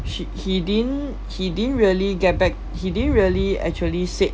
she he didn't he didn't really get back he didn't really actually said